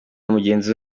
mugenzi